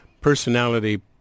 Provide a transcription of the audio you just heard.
personality